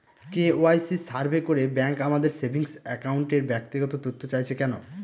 KYC survey করে bank আমাদের saving অ্যাকাউন্টের ব্যক্তিগত তথ্য চাইছে কেন?